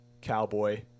Cowboy